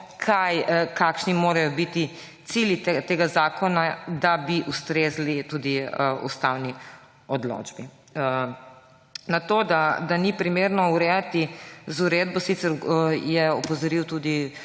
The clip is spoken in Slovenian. vemo, kakšni morajo biti cilji tega zakona, da bi ustrezali tudi ustavni odločbi. Da to ni primerno urejati z uredbo, je opozoril tudi